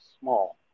small